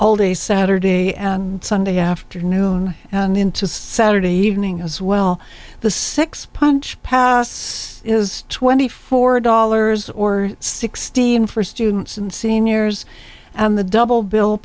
day saturday and sunday afternoon and into saturday evening as well the six punch past's is twenty four dollars or sixteen for students and seniors and the double bill